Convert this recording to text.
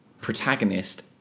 protagonist